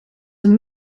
een